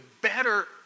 better